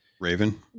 Raven